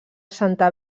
santa